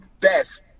best